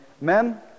Men